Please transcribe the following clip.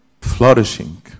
flourishing